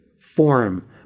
form